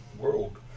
world